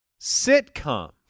sitcom